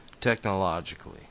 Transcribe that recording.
technologically